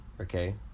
okay